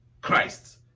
Christ